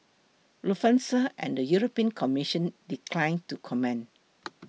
Lufthansa and the European Commission declined to comment